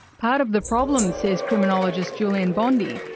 part of the problem, says criminologist julian bondy,